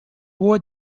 war